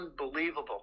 unbelievable